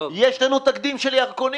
יש לנו תקדים בירקונים.